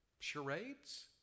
charades